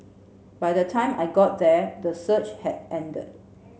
by the time I got there the surge had ended